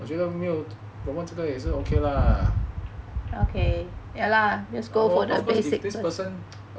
我觉得没有 promote 这个也是 okay lah of course you know you see the whole cycle you must highlight to 那个 client 跟他讲 okay this is one part of insurance needs ya but